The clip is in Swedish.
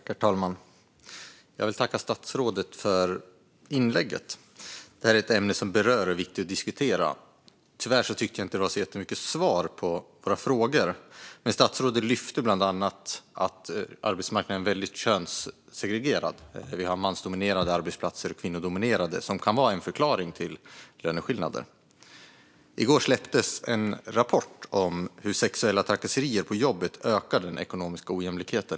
Herr talman! Jag vill tacka statsrådet för inlägget. Det är ett ämne som berör och är viktigt att diskutera. Tyvärr fick vi inte jättemycket svar på våra frågor. Men statsrådet lyfte bland annat fram att arbetsmarknaden är könssegregerad. Vi har mansdominerade och kvinnodominerade arbetsplatser. Det kan vara en förklaring till löneskillnader. I går släpptes en rapport om hur sexuella trakasserier på jobbet ökar den ekonomiska ojämlikheten.